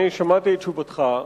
אני שמעתי את תשובתך,